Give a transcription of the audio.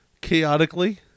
chaotically